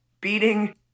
beating